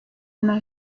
una